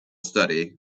study